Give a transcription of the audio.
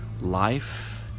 life